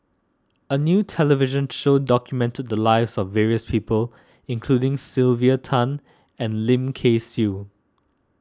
a new television show documented the lives of various people including Sylvia Tan and Lim Kay Siu